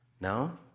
No